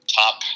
top